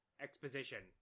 exposition